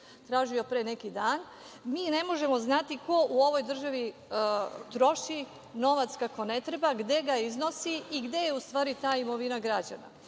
tražio pre neki dan, mi ne možemo znati ko u ovoj državi troši novac kako ne treba, gde ga iznosi i gde je u stvari ta imovina građana. Ono